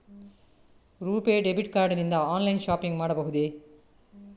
RuPay debit card ನಿಂದ online shopping ಮಾಡಬಹುದೇ?